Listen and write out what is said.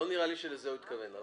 לא נראה לי שלזה הוא התכוון.